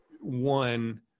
one